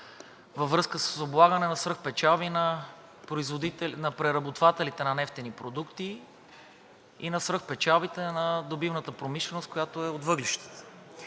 във връзка с облагане на свръхпечалби на преработвателите на нефтени продукти и на свръхпечалбите на добивната промишленост, която е от въглищата.